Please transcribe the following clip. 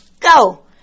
Go